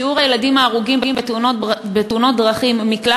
שיעור הילדים ההרוגים בתאונות דרכים בכלל